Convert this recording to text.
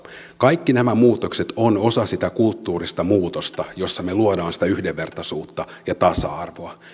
kaikki nämä muutokset ovat osa sitä kulttuurista muutosta jossa me luomme sitä yhdenvertaisuutta ja tasa arvoa